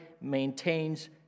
maintains